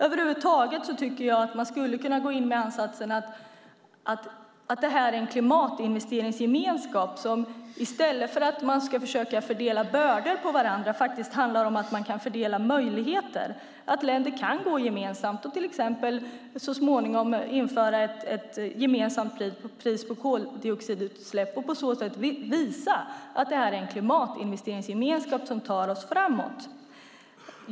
Över huvud taget tycker jag att man skulle kunna gå in med ansatsen att det här är en klimatinvesteringsgemenskap som i stället för att handla om att försöka fördela bördor på varandra faktiskt handlar om att man kan fördela möjligheter, att länder kan gå samman och till exempel så småningom införa ett gemensamt pris på koldioxidutsläpp och på så sätt visa att detta är en klimatinvesteringsgemenskap som tar oss framåt.